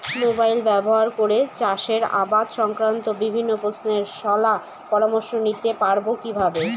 Mobile ব্যাবহার করে চাষের আবাদ সংক্রান্ত বিভিন্ন প্রশ্নের শলা পরামর্শ নিতে পারবো কিভাবে?